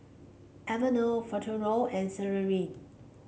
Enervon Futuro and